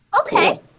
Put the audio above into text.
Okay